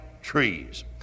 trees